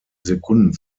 sekunden